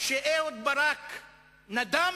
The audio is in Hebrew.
שאהוד ברק נדם.